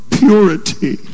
purity